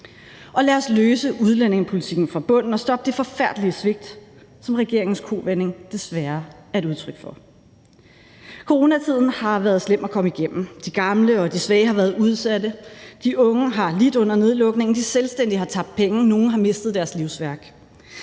Og lad os løse udlændingepolitikken fra bunden og stoppe det forfærdelige svigt, som regeringens kovending desværre er et udtryk for. Coronatiden har været slem at komme igennem. De gamle og de svage har været udsatte, de unge har lidt under nedlukningen, de selvstændige har tabt penge, nogle har mistet deres livsværk,